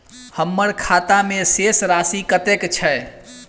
हम्मर खाता मे शेष राशि कतेक छैय?